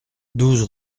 douze